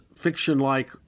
fiction-like